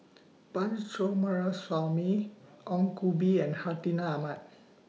Punch Coomaraswamy Ong Koh Bee and Hartinah Ahmad